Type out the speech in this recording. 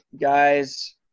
guys